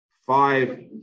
five